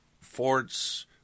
forts